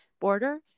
border